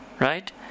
right